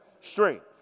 strength